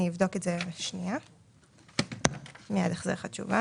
אני אבדוק את זה, שנייה אני אחזיר לך תשובה